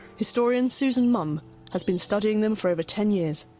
historian susan munn has been studying them for over ten years.